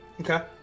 Okay